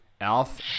Alf